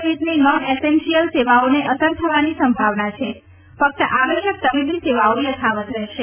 સહિતની non essential સેવાઓને અસર થવાની સંભાવના છે ફક્ત આવશ્યક તબીબી સેવાઓ યથાવત રહેશે